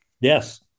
Yes